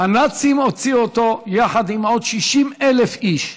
הנאצים הוציאו אותו, יחד עם 60,000 איש,